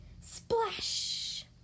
Splash